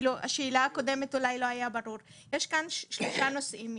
יש כאן שלושה נושאים.